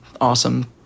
awesome